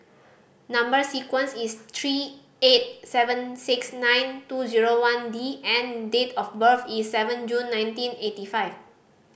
number sequence is three eight seven six nine two zero one D and date of birth is seven June nineteen eighty five